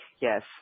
Yes